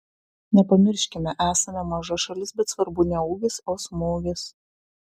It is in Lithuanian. nepamirškime esame maža šalis bet svarbu ne ūgis o smūgis